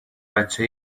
بچه